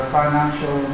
financial